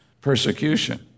persecution